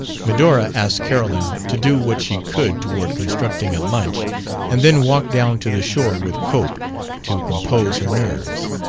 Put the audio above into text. medora asked carolyn to do what she could toward constructing a lunch and then walked down to the shore with cope to compose her nerves.